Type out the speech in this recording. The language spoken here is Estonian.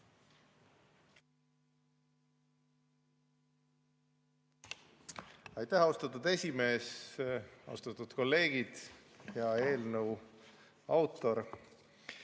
Aitäh, austatud esimees! Austatud kolleegid! Hea eelnõu autor!